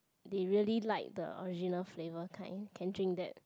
they really like the original flavour kind can drink that